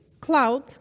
cloud